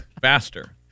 faster